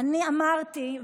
אני אמרתי,